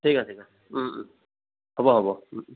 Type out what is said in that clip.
ঠিক আছে ঠিক আছে ওম ওম হ'ব হ'ব ওম ওম